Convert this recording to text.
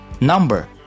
number